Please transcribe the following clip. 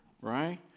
right